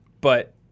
But-